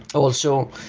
also,